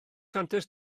santes